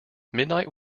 midnight